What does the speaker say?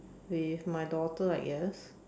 with my daughter I guess